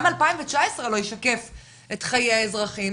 גם מדד 2019 לא ישקף את חיי האזרחים,